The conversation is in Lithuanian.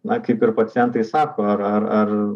na kaip ir pacientai sako ar ar ar